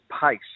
pace